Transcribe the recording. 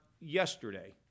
yesterday